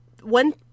one